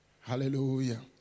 Hallelujah